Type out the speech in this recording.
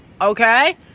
okay